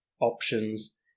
options